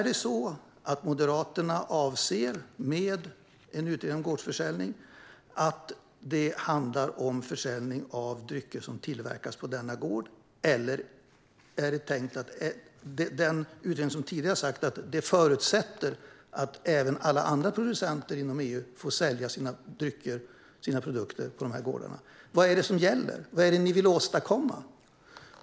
Anser Moderaterna att en utredning av gårdsförsäljning ska handla om försäljning av drycker som tillverkas på gården, eller är det tänkt att bli så som den tidigare utredningen sa: att detta förutsätter att även andra producenter inom EU får sälja sina drycker och produkter på dessa gårdar? Vad är det som gäller? Vad är det ni vill åstadkomma?